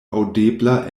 aŭdebla